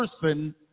person